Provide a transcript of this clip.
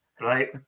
Right